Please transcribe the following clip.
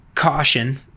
Caution